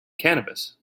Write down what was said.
cannabis